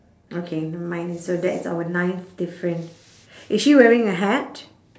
okay mine is so that's our ninth different is she wearing a hat